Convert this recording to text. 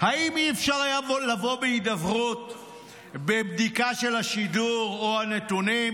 האם אי-אפשר היה לבוא בהידברות לבדיקה של השידור או הנתונים?